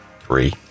Three